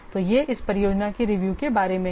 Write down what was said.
तो यह इस परियोजना की रिव्यू के बारे में है